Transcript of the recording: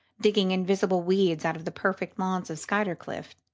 digging invisible weeds out of the perfect lawns of skuytercliff,